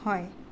হয়